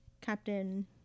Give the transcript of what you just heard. Captain